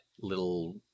little